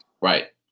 Right